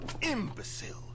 Imbecile